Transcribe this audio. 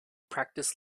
practiced